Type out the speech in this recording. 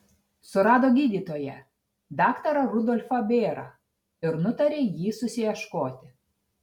surado gydytoją daktarą rudolfą bėrą ir nutarė jį susiieškoti